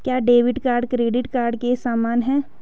क्या debit card credit card के समान है?